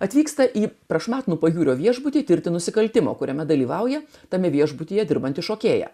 atvyksta į prašmatnų pajūrio viešbutį tirti nusikaltimo kuriame dalyvauja tame viešbutyje dirbanti šokėja